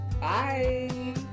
Bye